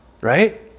right